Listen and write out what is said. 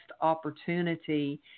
opportunity